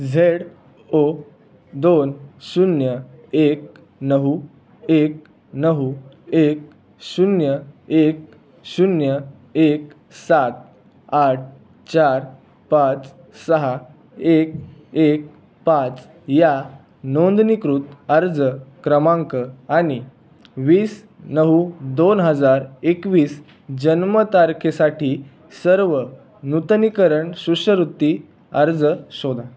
Z O दोन शून्य एक नऊ एक नऊ एक शून्य एक शून्य एक सात आठ चार पाच सहा एक एक पाच या नोंदणीकृत अर्ज क्रमांक आणि वीस नऊ दोन हजार एकवीस जन्मतारखेसाठी सर्व नूतनीकरण शिष्यवृत्ती अर्ज शोधा